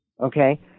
Okay